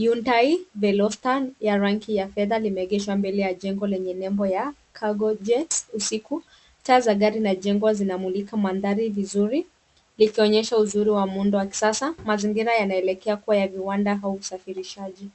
hyundai felocitor, ya rangi ya fedha limeegeshwa mbele ya jengo lenye nembo ya, cargo jets, usiku. Taa za gari na jengo zinamulika mandhari vizuri likionyesha uzuri wa muundo wa kisasa. Mazingira yanaelekea kuwa ya viwanda au usafirishaji.